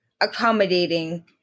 accommodating